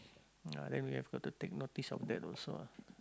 ya then we have got to take notice of that also ah